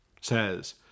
says